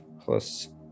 plus